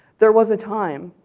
there was a time,